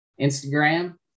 Instagram